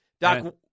Doc